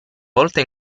volta